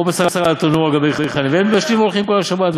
או בשר בתנור או על גבי גחלים והן מתבשלים והולכין כל השבת,